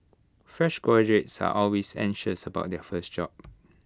fresh graduates are always anxious about their first job